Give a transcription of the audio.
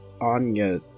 Anya